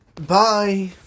Bye